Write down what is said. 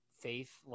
faith